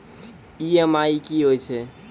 EMI कि होय छै?